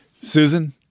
Susan